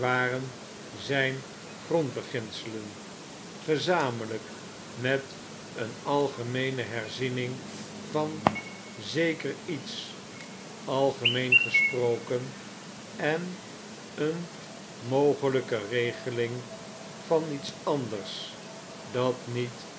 waren zn grondbeginselen gezamenlyk met een algemeene herziening van zeker iets algemeen gesproken en een mogeiyke regeling van iets anders dat niet